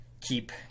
keep